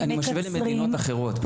אני משווה למדינות אחרות.